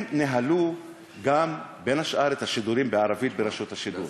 הם ניהלו בין השאר את השידורים בערבית ברשות השידור,